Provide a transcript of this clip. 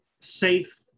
safe